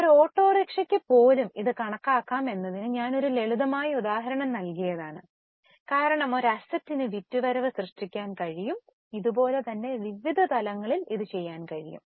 ഒരു ഓട്ടോറിക്ഷയ്ക്കു പോലും ഇത് കണക്കാക്കാമെന്നതിന് ഞാൻ ഒരു ലളിതമായ ഉദാഹരണം നൽകുന്നു കാരണം ഒരു അസറ്റിന് വിറ്റുവരവ് സൃഷ്ടിക്കാൻ കഴിയും അതുപോലെ തന്നെ വിവിധ തലങ്ങളിൽ ഇത് ചെയ്യാൻ കഴിയും